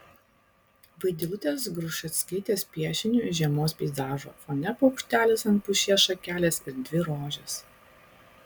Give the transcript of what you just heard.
vaidilutės grušeckaitės piešiniu žiemos peizažo fone paukštelis ant pušies šakelės ir dvi rožės